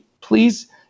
please